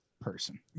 person